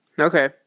Okay